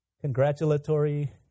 congratulatory